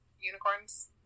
unicorns